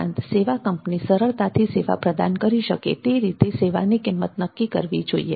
ઉપરાંત સેવા કંપની સરળતાથી સેવા પ્રદાન કરી શકે તે રીતે સેવાની કિંમત નક્કી કરવી જોઈએ